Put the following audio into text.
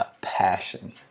passion